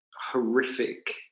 horrific